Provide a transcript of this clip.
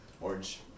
Orange